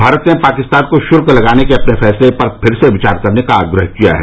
भारत ने पाकिस्तान को शुल्क लगाने के अपने फैंसले पर फिर से विचार करने का आग्रह किया है